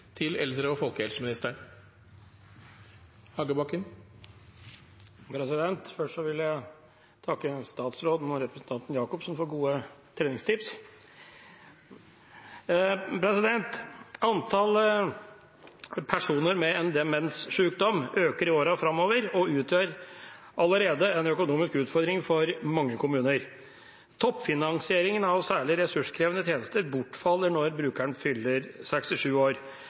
til våre eldre. Først vil jeg takke statsråden og representanten Jacobsen for gode treningstips. «Antallet personer med en demenssykdom øker i åra framover og utgjør allerede en økonomisk utfordring for mange kommuner. Toppfinansiering av særlig ressurskrevende tjenester bortfaller når brukeren fyller 67 år.